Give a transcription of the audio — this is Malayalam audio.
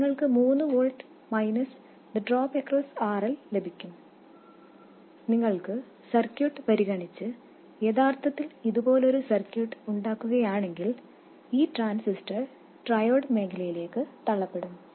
നിങ്ങൾക്ക് 3 വോൾട്ട് മൈനസ് RL നു കുറുകേയുള്ള ഡ്രോപ്പ് ലഭിക്കും നിങ്ങൾക്ക് സർക്യൂട്ട് പരിഗണിച്ച് യഥാർത്ഥത്തിൽ ഇതുപോലൊരു സർക്യൂട്ട് ഉണ്ടാക്കുകയാണെങ്കിൽ ഈ ട്രാൻസിസ്റ്റർ ട്രയോഡ് മേഖലയിലേക്ക് തള്ളപ്പെടും